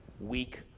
weak